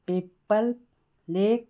PayPal लेक